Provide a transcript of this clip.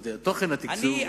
תוכן התקצוב,